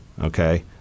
okay